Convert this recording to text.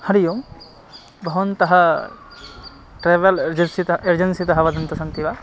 हरिः ओं भवन्तः ट्रेवेल् एजन्सितः एजेन्सितः वदन्तः सन्ति वा